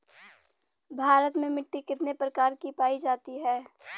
भारत में मिट्टी कितने प्रकार की पाई जाती हैं?